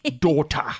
Daughter